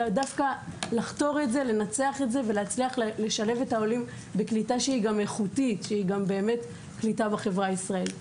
עלינו לשלב את העולים על ידי קליטה אמיתית בחברה הישראלית.